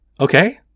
Okay